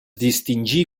distingí